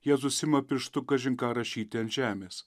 jėzus ima pirštu kažin ką rašyti ant žemės